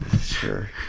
Sure